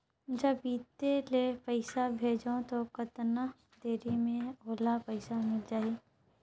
जब इत्ते ले पइसा भेजवं तो कतना देरी मे ओला पइसा मिल जाही?